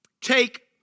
take